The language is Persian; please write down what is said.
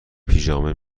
پیژامه